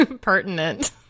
pertinent